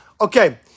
Okay